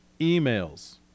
emails